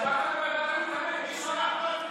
מה אתה מיתמם, אין לך את מי לקחת.